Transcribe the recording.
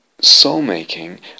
soul-making